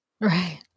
Right